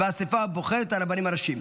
בהתאם לסעיף 8 לחוק הרבנות הראשית לישראל,